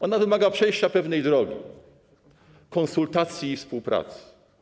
Ona wymaga przejścia pewnej drogi, konsultacji i współpracy.